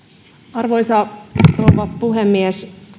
arvoisa rouva puhemies